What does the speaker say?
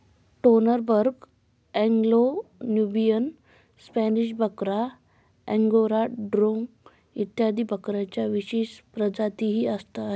Toggenburg, Anglo Nubian, Spanish बकरा, Angora डोंग इत्यादी बकऱ्यांच्या विदेशी प्रजातीही आहेत